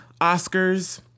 Oscars